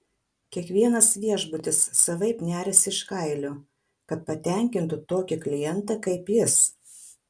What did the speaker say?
kiekvienas viešbutis savaip neriasi iš kailio kad patenkintų tokį klientą kaip jis